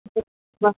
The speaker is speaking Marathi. ब